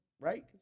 Right